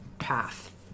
path